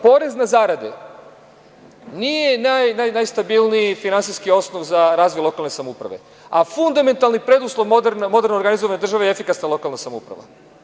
Porez zarade nije najstabilniji finansijski osnov za razvoj lokalne samouprave, a fundamentalni preduslov moderno organizovane države jeste efikasna lokalna samouprava.